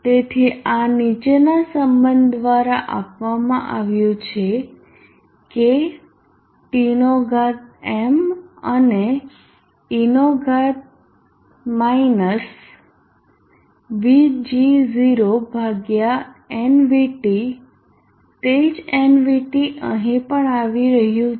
તેથી આ નીચેના સંબંધ દ્વારા આપવામાં આવ્યું છે K T નો ઘાત m અને e નો ઘાત માયનસ VGO ભાગ્યા nVT તે જ nVT અહીં પણ આવી રહ્યું છે